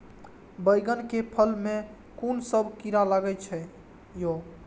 बैंगन के फल में कुन सब कीरा लगै छै यो?